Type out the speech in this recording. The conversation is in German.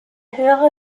höhere